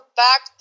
back